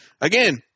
again